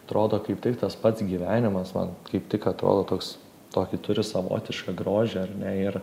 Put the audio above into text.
atrodo kaip tik tas pats gyvenimas man kaip tik atrodo toks tokį turi savotišką grožį ar ne ir